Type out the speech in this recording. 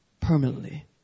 permanently